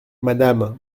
madame